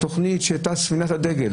תכנית שהיתה ספינת הדגל